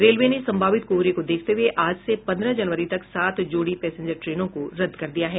railway ने सम्भावित कोहरे को देखते हुये आज से पन्द्रह जनवरी तक सात जोड़ी पैसेंजर ट्रेनों को रद्द कर दिया है